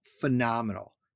phenomenal